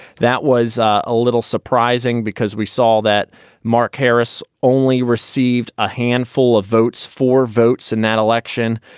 that was a little surprising because we saw that mark harris only received a handful of votes for votes in that election.